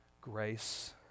grace